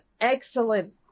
excellent